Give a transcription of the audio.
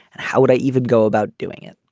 and how would i even go about doing it